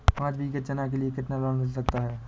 पाँच बीघा चना के लिए कितना लोन मिल सकता है?